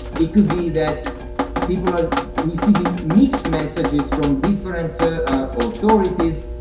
it could be that people are receiving mixed messages from different authorities.